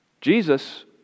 Jesus